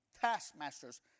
taskmasters